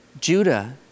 Judah